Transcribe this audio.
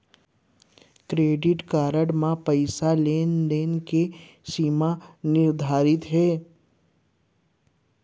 Credit card म पइसा लेन देन के का सीमा निर्धारित हे?